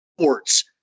sports